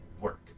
work